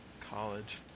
College